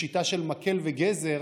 בשיטה של מקל וגזר,